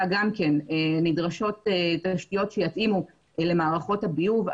נדרשות תשתיות שיתאימו למערכות הביוב.